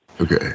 Okay